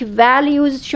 values